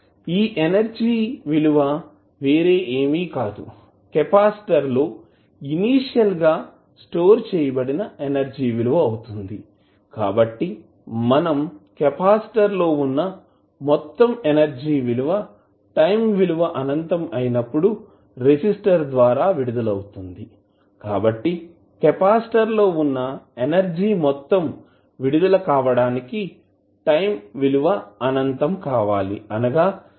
ఈ ఎనర్జీ విలువ వేరే ఏమీకాదు కెపాసిటర్ లో ఇనీషియల్ గా స్టోర్ చేయబడిన ఎనర్జీ విలువ అవుతుంది కాబట్టి మనం కెపాసిటర్ వున్నా మొత్తం ఎనర్జీ విలువటైం విలువ అనంతం అయినప్పుడు రెసిస్టర్ ద్వారా విడుదల అవుతుందికాబట్టి కెపాసిటర్ లోవున్న ఎనర్జీ మొత్తం విడుదల కావడానికి టైం విలువ అనంతం కావాలి అనగా చాలా ఎక్కువ టైం పడుతుంది